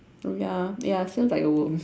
oh ya ya seems like a worm